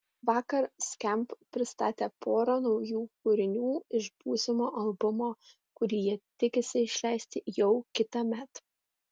vakar skamp pristatė porą naujų kūrinių iš būsimo albumo kurį jie tikisi išleisti jau kitąmet